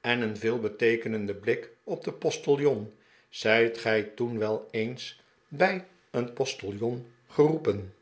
en een veelbeteekenenden blik op den postiljon zijt gij toen wel eens bij een postiljon geroepen